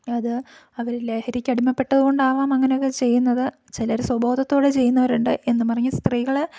അത് അവര് ലഹരിക്കടിമപ്പെട്ടതുകൊണ്ടാവാം അങ്ങനെയൊക്കെ ചെയ്യുന്നത് ചിലര് സ്വബോധത്തോടെ ചെയ്യുന്നവരുണ്ട് എന്നും പറഞ്ഞ് സ്ത്രീകള്